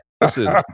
listen